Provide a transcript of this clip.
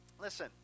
Listen